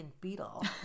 Beetle